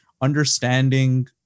understanding